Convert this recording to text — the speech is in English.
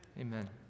Amen